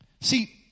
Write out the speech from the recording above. See